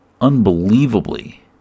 unbelievably